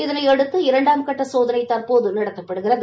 இதனையடுத்து இரண்டாம் கட்ட சோதனை தற்போது நடத்தப்படுகிறது